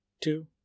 two